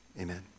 Amen